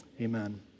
Amen